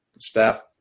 staff